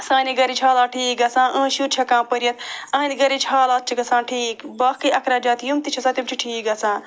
سانہِ گَرِچ حالات ٹھیٖک گَژھان یِہٕنٛد شُرۍ چھِ ہٮ۪کان پٔرِتھ یِہنٛدِ گَرِچ حالات چھِ گَژھان ٹھیٖک باقٕے اخرجات یِم تہِ چھِ آسان تِم چھِ ٹھیٖک گَژھان